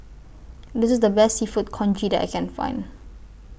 This IS The Best Seafood Congee that I Can Find